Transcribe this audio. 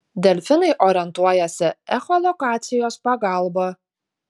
delfinai orientuojasi echolokacijos pagalba